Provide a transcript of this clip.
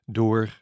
door